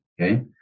okay